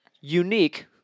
Unique